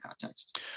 context